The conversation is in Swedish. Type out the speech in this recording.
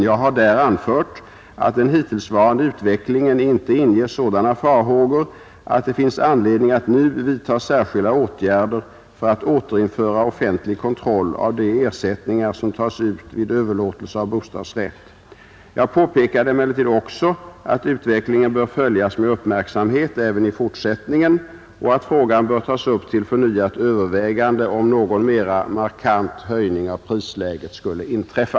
Jag har där anfört att den hittillsvarande utvecklingen inte inger sådana farhågor att det finns anledning att nu vidta särskilda åtgärder för att återinföra offentlig kontroll av de ersättningar som tas ut vid överlåtelse av bostadsrätt. Jag påpekade emellertid också att utvecklingen bör följas med uppmärksamhet även i fortsättningen och att frågan bör tas upp till förnyat övervägande, om någon mera markant höjning av prisläget skulle inträffa.